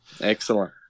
Excellent